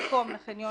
במקום "לחניון